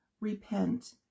Repent